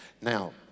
now